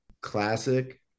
classic